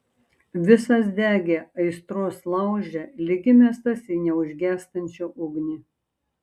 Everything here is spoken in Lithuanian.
visas degė aistros lauže lyg įmestas į neužgęstančią ugnį